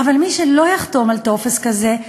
אבל מי שלא יחתום על טופס כזה,